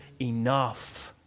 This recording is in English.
enough